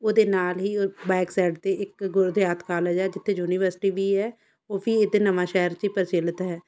ਉਹਦੇ ਨਾਲ ਹੀ ਬੈਕ ਸਾਈਡ 'ਤੇ ਇੱਕ ਗੁਰੂ ਰਿਆਤ ਕਾਲਜ ਹੈ ਜਿੱਥੇ ਯੂਨੀਵਰਸਿਟੀ ਵੀ ਹੈ ਉਹ ਵੀ ਇੱਥੇ ਨਵਾਂਸ਼ਹਿਰ 'ਚ ਪ੍ਰਚਲਿਤ ਹੈ